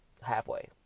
Halfway